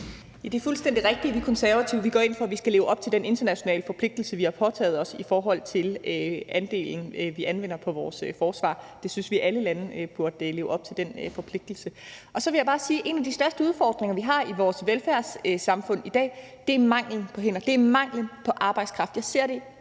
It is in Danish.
Abildgaard (KF): Det er fuldstændig rigtigt, at vi Konservative går ind for, at vi skal leve op til den internationale forpligtelse, vi har påtaget os, i forhold til andelen, vi anvender på vores forsvar. Vi synes, at alle lande burde leve op til den forpligtelse. Så vil jeg bare sige, at en af de store udfordringer, vi har i vores velfærdssamfund i dag, er manglen på hænder, det er manglen på arbejdskraft. Jeg ser det